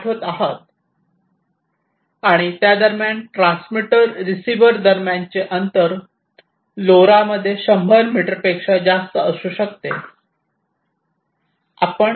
आणि त्या दरम्यान ट्रान्समीटर रिसीव्हर दरम्यानचे अंतर लोरा मध्ये 100 मीटरपेक्षा जास्त असू शकते